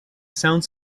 sound